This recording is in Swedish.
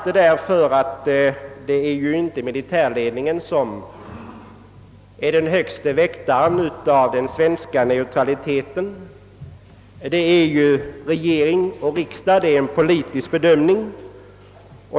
Det är inte militärledningen som är den högste väktaren av den svenska neutraliteten, utan det är regering och riksdag. Det är en politisk bedömning.